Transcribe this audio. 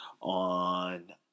on